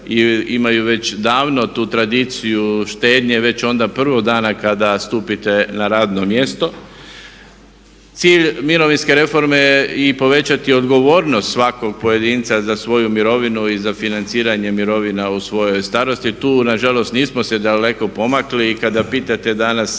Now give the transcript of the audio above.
imaju već davno tu tradiciju štednje već onda prvog dana kada stupite na radno mjesto. Cilj mirovinske reforme je i povećati odgovornost svakog pojedinca za svoju mirovinu i za financiranje mirovina u svojoj starosti. Tu na žalost nismo se daleko pomakli. I kada pitate danas